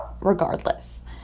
regardless